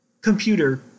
computer